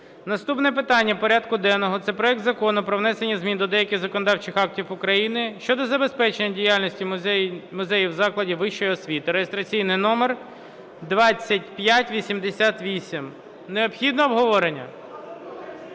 Наступне питання порядку денного – це проект Закону про внесення змін до деяких законодавчих актів України щодо забезпечення діяльності музеїв закладів вищої освіти (реєстраційний номер 2588). Необхідне обговорення?